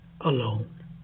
alone